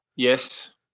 Yes